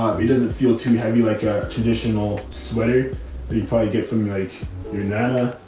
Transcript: he doesn't feel too heavy, like a traditional sweater that you probably get from like your nana,